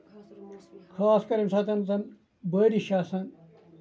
خاص کر ییٚمہِ ساتہٕ زَن بٲرِش چھِ آسان